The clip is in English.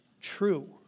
true